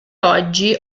oggi